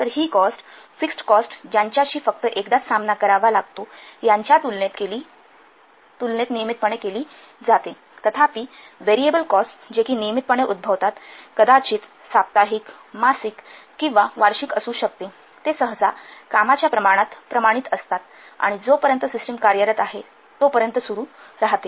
तर ही cost fixed cost ज्यांच्याशी फक्त एकदाच सामना करावा लागतो यांच्या तुलनेत नियमितपणे केली जाते तथापि व्हेरिएबल कॉस्ट जे कि नियमितपणे उद्भवतात कदाचित साप्ताहिक मासिक किंवा वार्षिक असू शकते ते सहसा कामाच्या प्रमाणात प्रमाणित असतात आणि जोपर्यंत सिस्टम कार्यरत आहे तोपर्यंत सुरू राहते